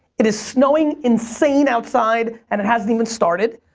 it is snowing insane outside and it hasn't even started.